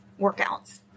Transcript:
workouts